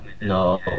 No